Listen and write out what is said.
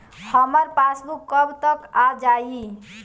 हमार पासबूक कब तक आ जाई?